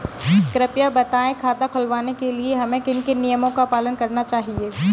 कृपया बताएँ खाता खुलवाने के लिए हमें किन किन नियमों का पालन करना चाहिए?